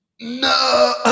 No